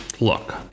Look